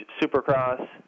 supercross